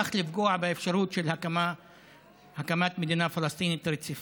וכך לפגוע באפשרות של הקמת מדינה פלסטינית רציפה.